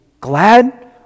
glad